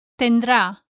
tendrá